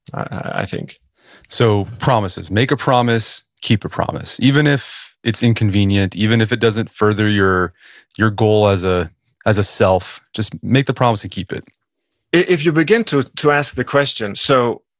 i think so promises make a promise, keep a promise, even if it's inconvenient, even if it doesn't further your your goal as ah as a self. just make the promise and keep it if you begin to to ask the question, so,